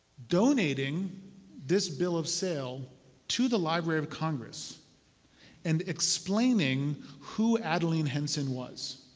donating this bill of sale to the library of congress and explaining who adeline henson was.